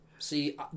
See